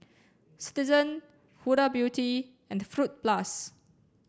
Citizen Huda Beauty and Fruit Plus